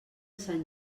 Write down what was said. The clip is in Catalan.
sant